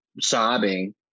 sobbing